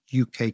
UK